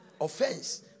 offense